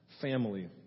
family